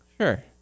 sure